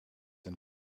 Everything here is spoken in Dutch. een